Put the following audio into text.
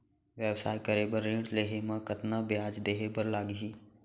व्यवसाय करे बर ऋण लेहे म कतना ब्याज देहे बर लागही?